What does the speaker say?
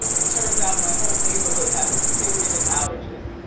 it turns out my whole neighborhood has a series of outages.